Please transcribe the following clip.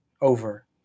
over